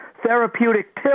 Therapeutic